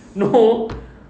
no